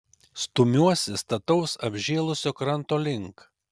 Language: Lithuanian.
stumiuosi stataus apžėlusio kranto link